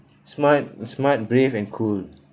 smart smart brave and cool